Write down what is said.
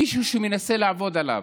מישהו שמנסה לעבוד עליו.